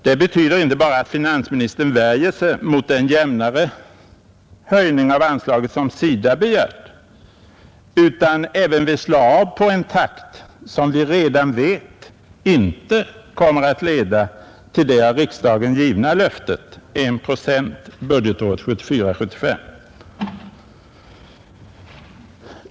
Det betyder inte bara att finansministern värjer sig mot en jämnare höjning, som SIDA har begärt, utan även vill slå av på en takt, som vi redan vet inte kommer att leda till det av riksdagen givna löftet: 1 procent budgetåret 1974/75.